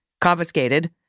confiscated